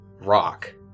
rock